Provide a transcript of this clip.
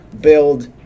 build